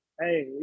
Hey